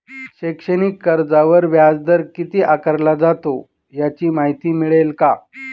शैक्षणिक कर्जावर व्याजदर किती आकारला जातो? याची माहिती मिळेल का?